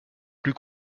plus